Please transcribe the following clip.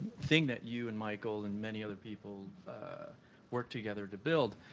thing that you and michael and many other people worked together to build.